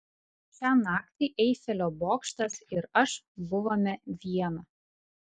šią naktį eifelio bokštas ir aš buvome viena